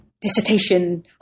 dissertation